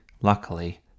Luckily